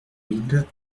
mille